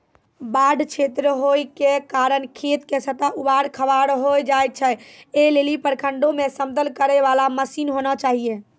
बाढ़ क्षेत्र होय के कारण खेत के सतह ऊबड़ खाबड़ होय जाए छैय, ऐ लेली प्रखंडों मे समतल करे वाला मसीन होना चाहिए?